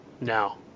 now